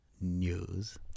News